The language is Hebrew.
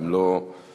אם לא אמרנו,